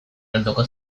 helduko